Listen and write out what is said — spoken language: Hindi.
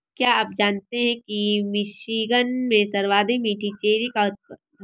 क्या आप जानते हैं कि मिशिगन में सर्वाधिक मीठी चेरी का उत्पादन होता है?